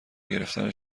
گرفتن